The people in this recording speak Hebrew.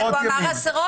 אבל הוא אמר עשרות.